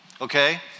okay